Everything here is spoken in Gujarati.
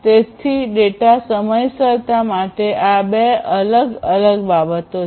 તેથી ડેટા સમયસરતા માટે આ બે અલગ અલગ બાબતો છે